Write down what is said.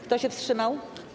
Kto się wstrzymał?